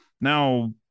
now